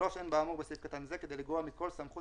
(3)אין באמור בסעיף קטן זה כדי לגרוע מכל סמכות